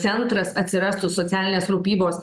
centras atsirastų socialinės rūpybos